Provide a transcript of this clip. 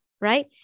right